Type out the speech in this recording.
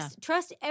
Trust